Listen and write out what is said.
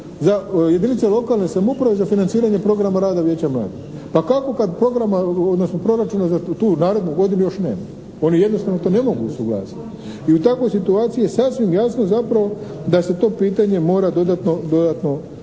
jedinica lokalne samouprave za financiranje Programa rada vijeća mladih. Pa kako kad programa odnosno proračuna za tu narednu godinu još nema? Oni jednostavno to ne mogu usuglasiti. I u takvoj situaciji je sasvim jasno zapravo da se to pitanje mora dodatno